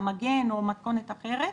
המגן או מתכונת אחרת,